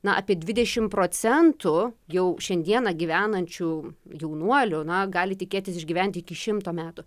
na apie dvidešimt procentų jau šiandieną gyvenančių jaunuolių na gali tikėtis išgyventi iki šimto metų